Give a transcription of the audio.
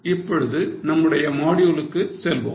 இப்பொழுது நம்முடைய moduleக்கு செல்வோம்